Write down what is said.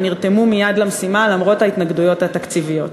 שנרתמו מייד למשימה למרות ההתנגדויות התקציביות.